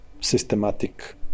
systematic